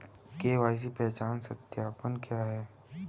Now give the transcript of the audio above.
KYC पहचान सत्यापन क्या है?